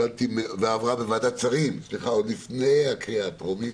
ועברה בוועדת שרים, עוד לפני הקריאה הטרומית,